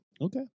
Okay